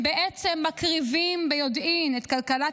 הם בעצם מקריבים ביודעין את כלכלת